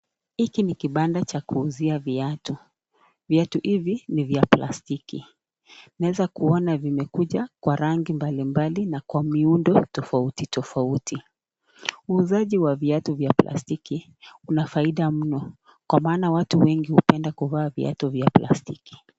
Hiki ni kibanda cha kuuzia viatu, viatu hivi ni vya plastiki , unaweza kuona vimekuja kwa rangi mbalimbali na kwa miundo tofauti tofauti, wauzaji wa viatu vya plastiki wana faida mno kwa maana watu hupenda kuvaa viatu vya plastiki.